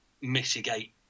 mitigate